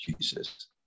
Jesus